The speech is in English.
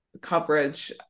coverage